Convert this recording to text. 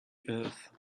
earth